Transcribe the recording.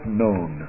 known